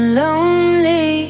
lonely